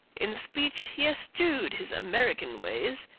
in speech he eschewed his american ways,